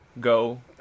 Go